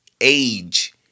age